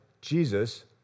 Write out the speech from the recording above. Jesus